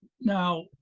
Now